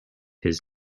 his